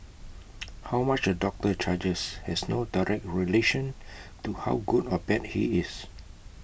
how much A doctor charges has no direct relation to how good or bad he is